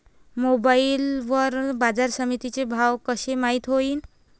Mobile वर बाजारसमिती चे भाव कशे माईत होईन?